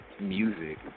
music